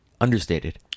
Understated